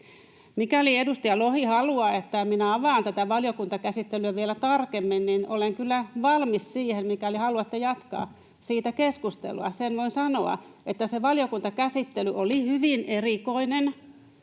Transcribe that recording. Mikäli edustaja Lohi haluaa, että minä avaan tätä valiokuntakäsittelyä vielä tarkemmin, niin olen kyllä valmis siihen, mikäli haluatte jatkaa siitä keskustelua. Sen voin sanoa, että se valiokuntakäsittely oli hyvin erikoinen,